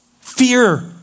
Fear